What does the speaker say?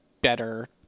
better